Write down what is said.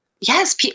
Yes